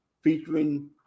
featuring